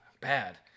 Bad